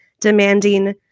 demanding